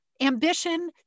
ambition